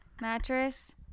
mattress